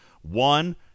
One